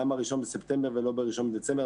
למה 1 בספטמבר ולא ב-1 בדצמבר,